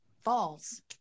falls